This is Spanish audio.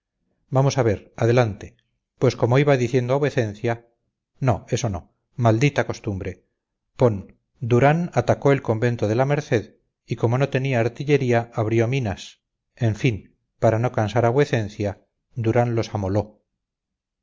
vamos a ver adelante pues como iba diciendo a vuecencia no eso no maldita costumbre pon durán atacó el convento de la merced y como no tenía artillería abrió minas en fin para no cansar a vuecencia durán los